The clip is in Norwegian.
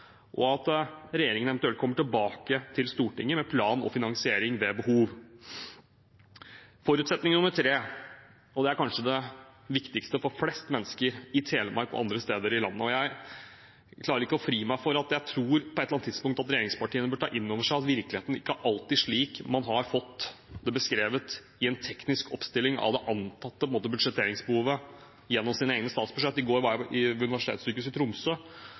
og at regjeringen eventuelt kommer tilbake til Stortinget med plan og finansiering ved behov. Forutsetning nummer tre, og dette er kanskje det viktigste for flest mennesker i Telemark og andre steder i landet. Jeg klarer ikke å fri meg fra å tro at regjeringspartiene på et eller annet tidspunkt må ta inn over seg at virkeligheten ikke alltid er slik den beskrives i en teknisk oppstilling av det antatte budsjetteringsbehovet gjennom sine egne statsbudsjett. I går var jeg på Universitetssykehuset i Tromsø.